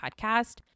Podcast